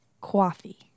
Coffee